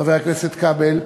חבר הכנסת כבל,